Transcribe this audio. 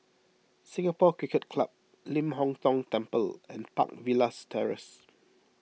Singapore Cricket Club Ling Hong Tong Temple and Park Villas Terrace